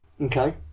Okay